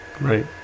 Right